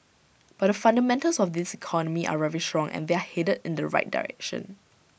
but the fundamentals of this economy are very strong and they're headed in the right direction